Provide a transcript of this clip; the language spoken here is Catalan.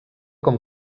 com